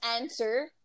answer